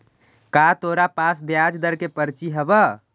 का तोरा पास ब्याज दर के पर्ची हवअ